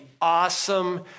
awesome